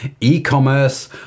e-commerce